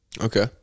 Okay